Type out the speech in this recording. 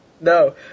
No